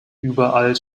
überall